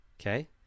okay